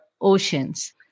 oceans